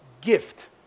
gift